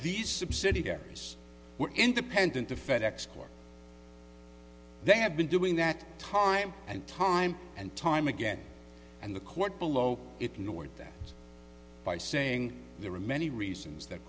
these subsidiaries were independent of fed ex corp they had been doing that time and time and time again and the court below it annoyed them by saying there were many reasons that